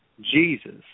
Jesus